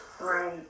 Right